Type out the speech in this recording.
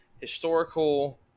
historical